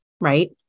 right